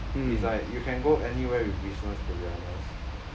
it's like you can go anywhere with business to be honest